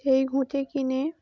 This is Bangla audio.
সেই ঘুঁটে কিনে